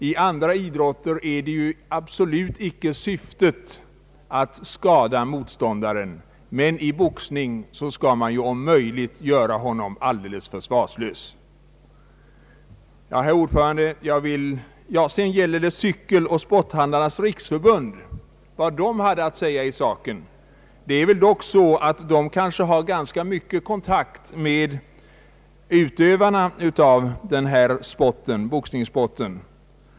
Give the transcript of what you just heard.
Inom andra idrotter är syftet absolut icke att skada motståndaren, men i boxning skall man cm möjligt göra honom alldeles försvarslös. Vad hade Cykeloch sporthandlarnas riksförbund att säga i saken? Ja, de har kontakt med boxningsklubbarna och utövarna av boxningssporten.